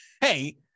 Hey